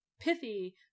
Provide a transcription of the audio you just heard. pithy